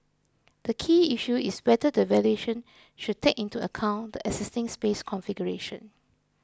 the key issue is whether the valuation should take into account the existing space configuration